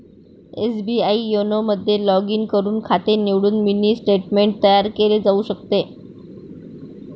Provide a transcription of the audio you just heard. SBI YONO मध्ये log in करून खाते निवडून मिनी स्टेटमेंट तयार केले जाऊ शकते